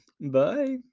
Bye